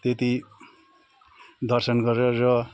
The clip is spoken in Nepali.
त्यति दर्शन गरेर